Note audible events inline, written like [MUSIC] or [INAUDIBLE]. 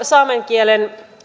[UNINTELLIGIBLE] saamen kielen